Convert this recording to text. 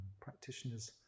practitioners